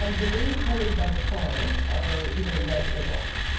um the main colors by far are either red or black.